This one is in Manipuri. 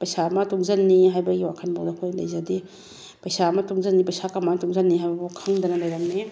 ꯄꯩꯁꯥ ꯑꯃ ꯇꯨꯡꯁꯤꯟꯅꯤ ꯍꯥꯏꯕꯒꯤ ꯋꯥꯈꯜ ꯐꯥꯎꯕꯗ ꯑꯩꯈꯣꯏ ꯂꯩꯖꯗꯦ ꯄꯩꯁꯥ ꯑꯃ ꯇꯨꯡꯁꯤꯟꯅꯤ ꯄꯩꯁꯥ ꯀꯃꯥꯏꯅ ꯇꯨꯡꯁꯤꯟꯅꯤ ꯍꯥꯏꯕꯐꯥꯎ ꯈꯪꯗꯅ ꯂꯩꯔꯝꯃꯤ